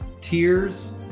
tears